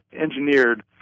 engineered